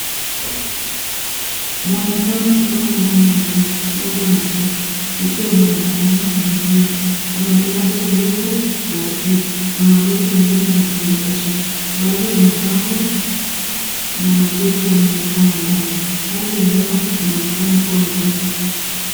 Muonekano kutoka ndani ya gari labda matatu likiwa barabarani, jijini. Kuna daraja refu la juu. Na magari mengine yakiendeshwa. Baadhi ya mabango na majengo yanaonekana mbali. Hali ya hewa inaonekana kuwa nzuri.